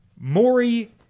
Maury